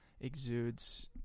exudes